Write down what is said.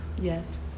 Yes